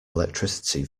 electricity